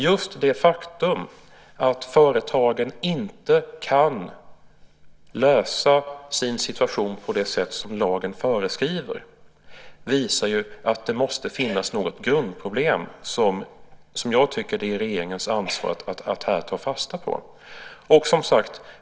Just det faktum att företagen inte kan lösa sin situation på det sätt som lagen föreskriver visar att det måste finnas något grundproblem som det är regeringens ansvar att ta fasta på.